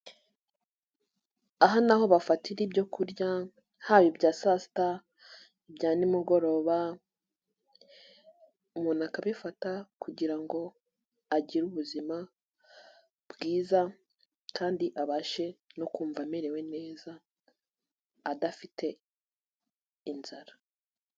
Aha ni aho bafatira ibyo kurya, haba ibya saa sita, ibya nimugoroba, umuntu akabifata kugira ngo agire ubuzima bwiza kandi abashe no kumva amerewe neza, adafite inzara.